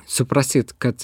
suprasit kad